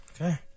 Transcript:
Okay